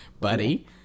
buddy